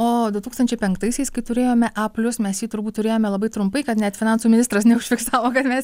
o du tūkstančiai penktaisiais kai turėjome a plius mes jį turbūt turėjome labai trumpai kad net finansų ministras neužfiksavo kad mes